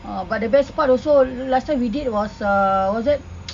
uh the best part also last time we did was uh what's that